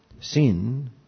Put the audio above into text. Sin